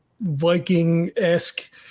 Viking-esque